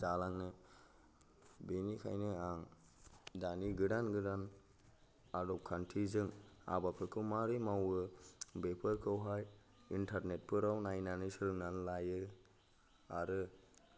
जालांनो बेनिखायनो आं दानि गोदान गोदान आदबखान्थिजों आबादफोरखौ माबोरै मावो बेफोरखौहाय इन्टारनेटफोराव नायनानै सोलोंनानै लायो आरो